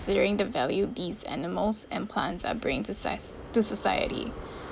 the value these animals and plants are bring to si~ to society